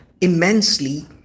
immensely